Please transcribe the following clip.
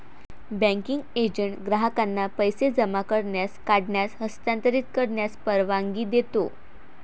banking agent ग्राहकांना पैसे जमा करण्यास, काढण्यास, हस्तांतरित करण्यास परवानगी देतो